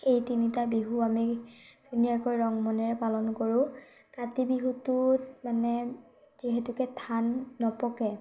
এই তিনিটা বিহু আমি ধুনীয়াকৈ ৰং মনেৰে পালন কৰোঁ কাতি বিহুটোত মানে যিহেতুকে ধান নপকে